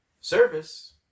service